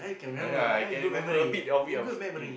ah ya I can remember a bit a bit of thing